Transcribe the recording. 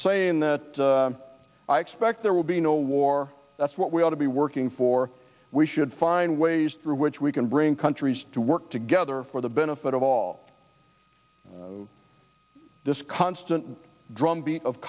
saying the i expect there will be no war that's what we ought to be working for we should find ways through which we can bring countries to work together for the benefit of all this constant drumbeat of